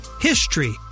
HISTORY